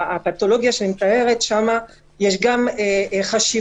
לכן בפתולוגיה שאני מתארת יש גם חשיבות